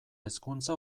hezkuntza